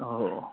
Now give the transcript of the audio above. हो हो